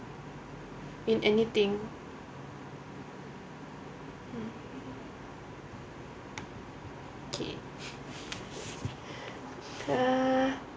in anything mm okay uh